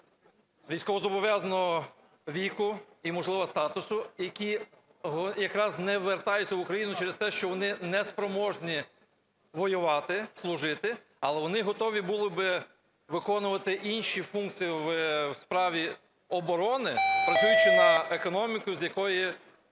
військовозобов'язаного віку і, можливо, статусу, які якраз не вертаються в Україну через те, що вони не спроможні воювати, служити, але вони готові були би виконувати інші функції в справі оборони, працюючи на економіку, з якої